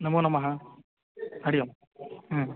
नमो नमः हरिः ओं